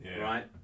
right